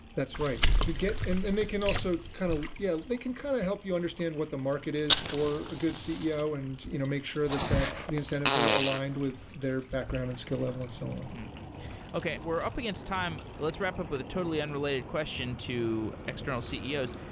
that's right. and and they can also kind of yeah, they can kind of help you understand what the market is for a good ceo and you know make sure that that the incentives are aligned with their background and skill level and so on okay. we're up against time. let's wrap up with a totally unrelated question to external ceos.